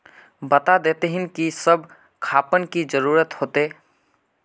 बता देतहिन की सब खापान की जरूरत होते?